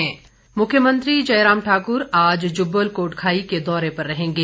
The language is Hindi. मुख्यमंत्री मुख्यमंत्री जयराम ठाक्र आज जुब्बल कोटखाई के दौर पर रहेंगे